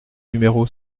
numéro